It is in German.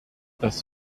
dass